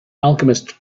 alchemist